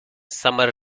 summer